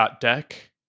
deck